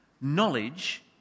knowledge